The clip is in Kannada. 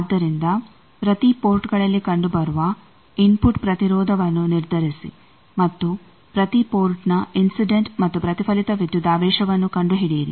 ಆದ್ದರಿಂದ ಪ್ರತೀ ಪೋರ್ಟ್ಗಳಲ್ಲಿ ಕಂಡುಬರುವ ಇನ್ಫುಟ್ ಪ್ರತಿರೋಧವನ್ನು ನಿರ್ಧರಿಸಿ ಮತ್ತು ಪ್ರತೀ ಪೋರ್ಟ್ನ ಇನ್ಸಿಡೆಂಟ್ ಮತ್ತು ಪ್ರತಿಫಲಿತ ವಿದ್ಯುದಾವೇಶವನ್ನು ಕಂಡುಹಿಡಿಯಿರಿ